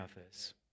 others